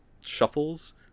shuffles